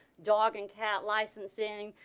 dog and cat licensing.